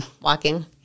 Walking